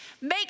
make